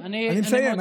אני מסיים,